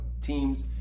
teams